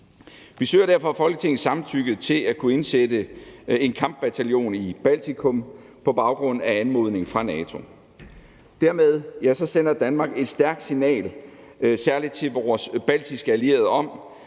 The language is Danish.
Vi søger derfor Folketingets samtykke til at kunne indsætte en kampbataljon i Baltikum på baggrund af anmodning fra NATO. Dermed sender Danmark et stærkt signal til særlig vores baltiske allierede om,